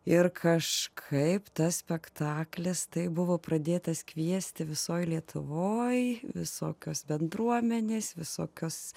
ir kažkaip tas spektaklis tai buvo pradėtas kviesti visoj lietuvoj visokios bendruomenės visokios